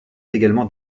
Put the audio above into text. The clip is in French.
également